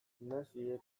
naziek